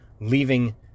leaving